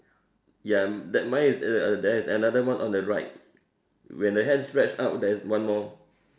ya that mine uh there is another one on the right when the hand stretch out there is one more